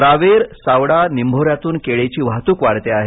रावेर सावडा निंभोर्यालतून केळीची वाहतूक वाढते आहे